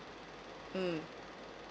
mm